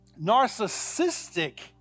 narcissistic